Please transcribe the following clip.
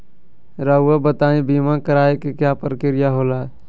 रहुआ बताइं बीमा कराए के क्या प्रक्रिया होला?